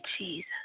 Jesus